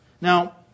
Now